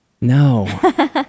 No